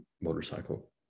motorcycle